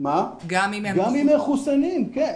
גם אם הם מחוסנים, כן.